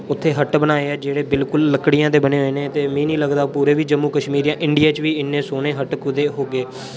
उत्थे हट बनाए हे जेह्ड़े बिल्कुल लकड़ियां दे बने होए दे न ते मी निं लगदा पुरे कुदे बी जम्मू कश्मीर जां इंडिया च बी इन्ने सोह्ने हट कुदे होंगे